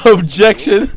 Objection